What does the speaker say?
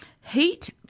heat